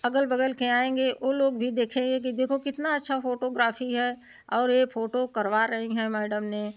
अगल बगल के आएँगे ओ लोग भी देखेंगे कि देखो कितना अच्छा फ़ोटोग्राफ़ी है और ए फ़ोटो करवा रही हैं मैडम ने